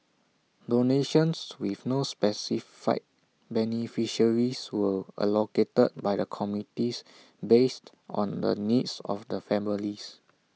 donations with no specified beneficiaries were allocated by the committee based on the needs of the families